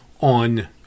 on